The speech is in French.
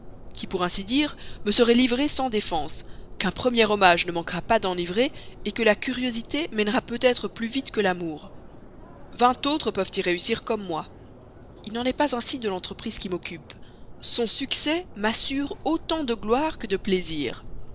qui pour ainsi dire me serait livrée sans défense qu'un premier hommage ne manquera pas d'enivrer que la curiosité mènera peut-être plus vite que l'amour vingt autres peuvent y réussir comme moi il n'en est pas ainsi de l'entreprise qui m'occupe son succès m'assure autant de gloire que de plaisir